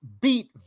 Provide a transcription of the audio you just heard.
beat